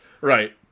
Right